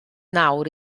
nawr